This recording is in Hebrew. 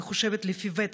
המחושבת לפי הוותק,